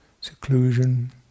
seclusion